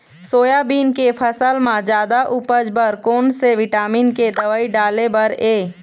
Soybean के फसल म जादा उपज बर कोन से विटामिन के दवई डाले बर ये?